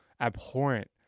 abhorrent